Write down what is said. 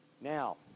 Now